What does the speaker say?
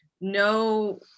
no